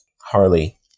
Harley